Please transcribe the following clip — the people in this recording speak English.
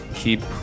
keep